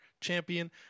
champion